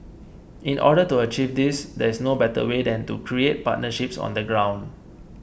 in order to achieve this these is no better way than to create partnerships on the ground